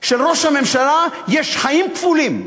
שלראש הממשלה יש חיים כפולים.